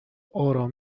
بودن